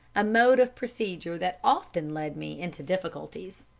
a mode of procedure that often led me into difficulties.